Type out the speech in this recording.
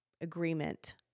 agreement